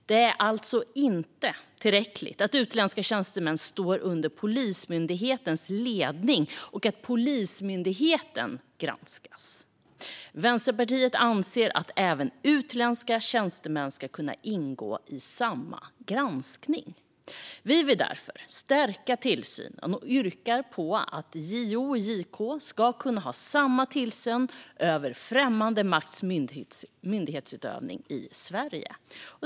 Det är alltså inte tillräckligt att utländska tjänstemän står under Polismyndighetens ledning och att Polismyndigheten granskas; Vänsterpartiet anser att även utländska tjänstemän ska kunna ingå i samma granskning. Vi vill därför stärka tillsynen och yrkar på att JO och JK ska kunna ha samma tillsyn över främmande makts myndighetsutövning i Sverige.